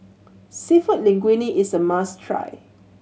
Seafood Linguine is a must try